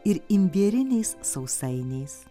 ir imbieriniais sausainiais